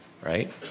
right